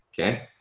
Okay